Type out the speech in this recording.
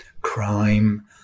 crime